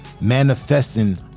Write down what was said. manifesting